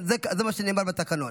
זה מה שנאמר בתקנון,